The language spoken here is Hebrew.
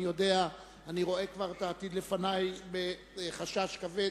אני יודע, אני כבר רואה את העתיד לפני בחשש כבד.